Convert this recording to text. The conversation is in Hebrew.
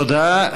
תודה.